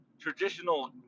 traditional